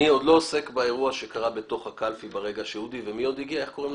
אני עוד לא עוסק באירוע שקרה בתוך הקלפי ברגע שאודי ושמוליק הגיעו.